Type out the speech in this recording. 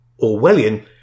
Orwellian